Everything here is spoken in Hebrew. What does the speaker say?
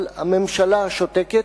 אבל הממשלה שותקת,